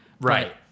Right